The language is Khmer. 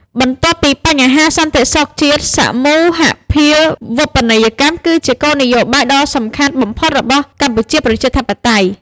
បន្ទាប់ពីបញ្ហាសន្តិសុខជាតិ សមូហភាវូបនីយកម្មគឺជាគោលនយោបាយដ៏សំខាន់បំផុតរបស់កម្ពុជាប្រជាធិបតេយ្យ ។